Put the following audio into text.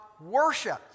worship